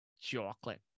Chocolate